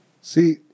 See